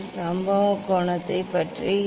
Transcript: சம்பவம் கோணத்தைப் பற்றி என்ன